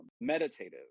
meditative